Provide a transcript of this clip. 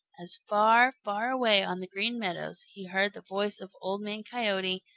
as far, far away on the green meadows he heard the voice of old man coyote,